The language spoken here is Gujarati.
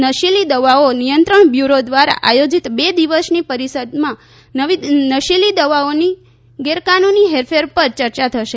નશીલી દવાઓ નિયંત્રણ બ્યૂરો દ્વારા આથોજીત બે દિવસની પરિષદમાં નશીલી દવાઓની ગેરકાનુની હેરફેર પર ચર્ચા થશે